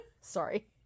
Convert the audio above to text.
Sorry